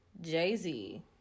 Jay-Z